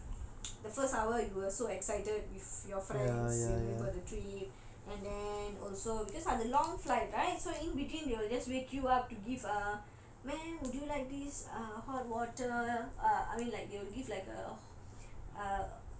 the first hour you were so excited with your friends you're going for the trip and then also because on the long flight right so in between they will just wake you up to give you err mam would you like this err hot water err ah I mean like you will give like a